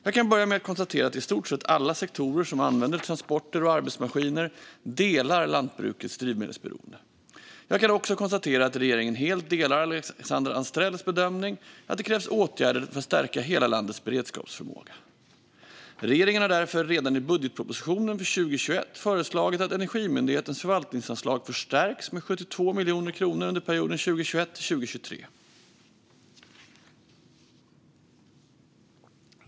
Jag kan börja med att konstatera att i stort sett alla sektorer som använder transporter och arbetsmaskiner delar lantbrukets drivmedelsberoende. Jag kan också konstatera att regeringen helt delar Alexandra Anstrells bedömning att det krävs åtgärder för att stärka hela landets beredskapsförmåga. Regeringen föreslog därför redan i budgetpropositionen för 2021 att Energimyndighetens förvaltningsanslag skulle förstärkas med 72 miljoner kronor under perioden 2021 till 2023.